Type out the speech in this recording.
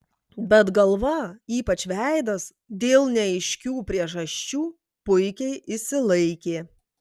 bet galva ypač veidas dėl neaiškių priežasčių puikiai išsilaikė